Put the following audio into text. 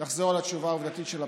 לחזור על התשובה העובדתית של הפרקליטות,